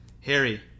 Harry